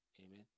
Amen